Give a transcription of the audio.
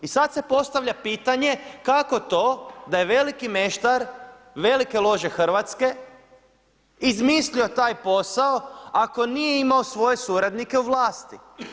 I sad se postavlja pitanje kako to da je veliki meštar, velike lože Hrvatske izmislio taj posao ako nije imao svoje suradnike u vlasti.